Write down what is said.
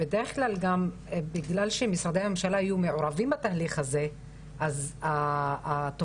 בדרך כלל בגלל שמשרדי הממשלה היו מעורבים בתהליך הזה אז התובנות